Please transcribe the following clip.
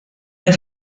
est